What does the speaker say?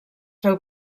féu